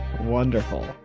Wonderful